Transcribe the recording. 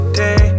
day